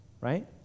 right